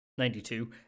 92